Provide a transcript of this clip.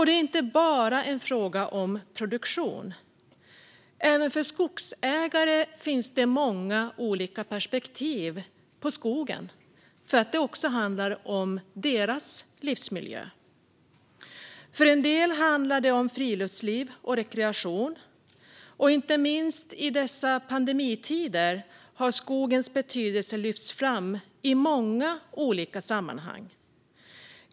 Det är inte bara en fråga om produktion. Även för skogsägare finns det många olika perspektiv på skogen, för det handlar också om deras livsmiljö. För en del handlar det om friluftsliv och rekreation. Inte minst i dessa pandemitider har skogens betydelse lyfts fram i många olika sammanhang.